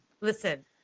Listen